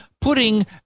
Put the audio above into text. putting